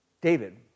David